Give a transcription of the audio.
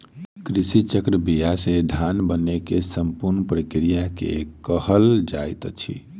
कृषि चक्र बीया से धान बनै के संपूर्ण प्रक्रिया के कहल जाइत अछि